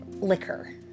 liquor